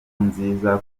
nziza